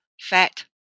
fat